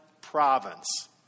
province